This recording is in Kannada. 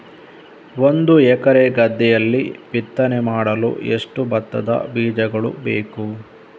ಒಂದು ಎಕರೆ ಗದ್ದೆಯಲ್ಲಿ ಬಿತ್ತನೆ ಮಾಡಲು ಎಷ್ಟು ಭತ್ತದ ಬೀಜಗಳು ಬೇಕು?